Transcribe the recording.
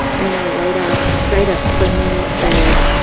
and the write-off write-up for me said